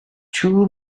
two